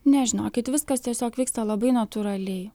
ne žinokit viskas tiesiog vyksta labai natūraliai